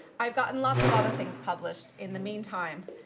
i've gotten lots of other things published in the meantime.